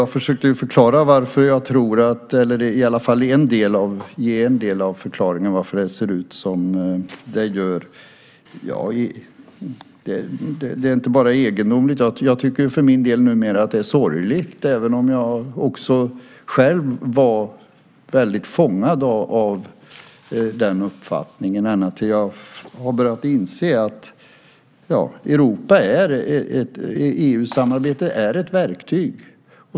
Herr talman! Jag försökte ge en del av förklaringen till att det ser ut som det gör. Det är inte bara egendomligt - jag för min del tycker att det är sorgligt. Jag var också själv väldigt fångad av den uppfattningen ända tills jag nu börjat inse att EU-samarbete är ett verktyg.